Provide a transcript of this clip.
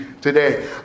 today